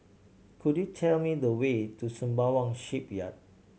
could you tell me the way to Sembawang Shipyard